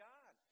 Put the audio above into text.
God